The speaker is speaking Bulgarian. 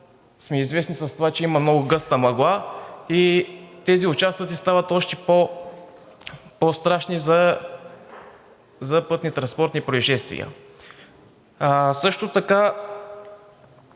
сме известни с това, че има много гъста мъгла и тези участъци стават още по-страшни за пътнотранспортни произшествия. Господин